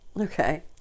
Okay